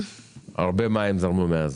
הרבה מים זרמו מאז.